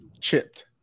chipped